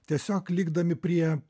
tiesiog likdami prie